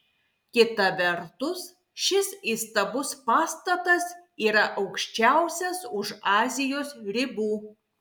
kita vertus šis įstabus pastatas yra aukščiausias už azijos ribų